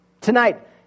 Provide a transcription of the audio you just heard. Tonight